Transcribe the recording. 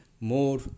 more